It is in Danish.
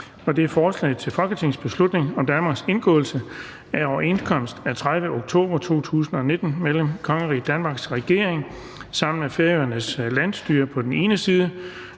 B 288: Forslag til folketingsbeslutning om Danmarks indgåelse af overenskomst af 30. oktober 2019 mellem Kongeriget Danmarks regering sammen med Færøernes landsstyre på den ene side